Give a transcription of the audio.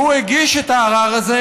והוא הגיש את הערר הזה,